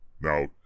Now